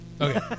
Okay